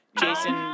Jason